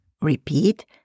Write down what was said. Repeat